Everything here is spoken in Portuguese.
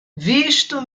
visto